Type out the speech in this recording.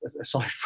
aside